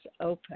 open